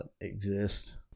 exist